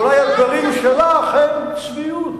אולי הדברים שלך הם צביעות.